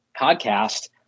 podcast